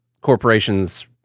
corporations